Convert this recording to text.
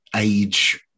age